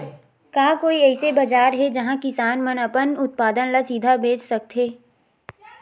का कोई अइसे बाजार हे जिहां किसान मन अपन उत्पादन ला सीधा बेच सकथे?